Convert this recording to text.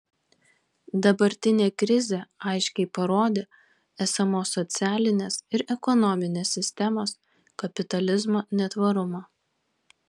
dabartinė krizė aiškiai parodė esamos socialinės ir ekonominės sistemos kapitalizmo netvarumą